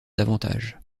davantage